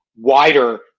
wider